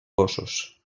gossos